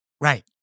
Right